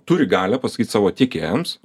turi galią pasakyt savo tiekėjams